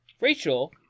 Rachel